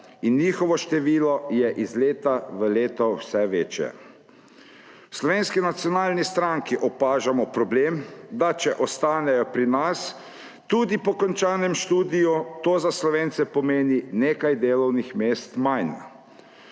in njihovo število je iz leta v leto vse večje. V Slovenski nacionalni stranki opažamo problem, da če ostanejo pri nas tudi po končanem študiju, to za Slovence pomeni nekaj delovnih mest manj.